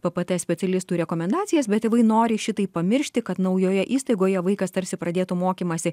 p p t specialistų rekomendacijas bet tėvai nori šitai pamiršti kad naujoje įstaigoje vaikas tarsi pradėtų mokymąsi